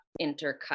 intercut